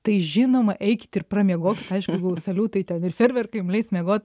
tai žinoma eikit ir pramiegokit aišku saliutai ten ir fejerverkai jum leis miegot